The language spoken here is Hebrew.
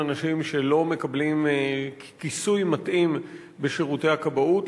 אנשים שלא מקבלים כיסוי מתאים בשירותי הכבאות.